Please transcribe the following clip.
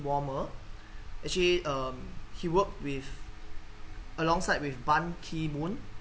warmer actually um he worked with alongside with ban ki moon